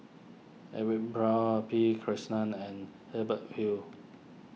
Edwin Brown P Krishnan and Hubert Hill